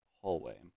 hallway